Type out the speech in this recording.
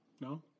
No